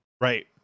Right